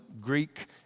Greek